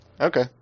Okay